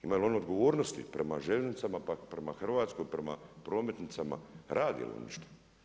Imaju li oni odgovornosti prema željeznicama pa prema Hrvatskoj, prema prometnicama, rade li oni šta?